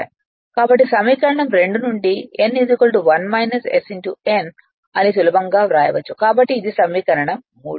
కాబట్టి సమీకరణం 2 నుండి n 1 s ns అని సులభంగా వ్రాయవచ్చు కాబట్టి ఇది సమీకరణం 3